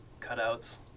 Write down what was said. cutouts